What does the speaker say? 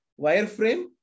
Wireframe